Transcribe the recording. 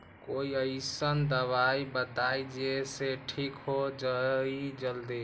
कोई अईसन दवाई बताई जे से ठीक हो जई जल्दी?